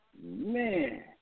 man